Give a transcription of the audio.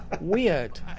Weird